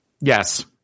Yes